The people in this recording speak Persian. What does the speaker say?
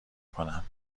کنم